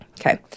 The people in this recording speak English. Okay